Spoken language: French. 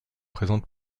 présente